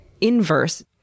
inverse